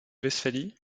westphalie